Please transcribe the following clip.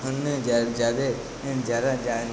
হচ্ছে যা যাদের যারা যায়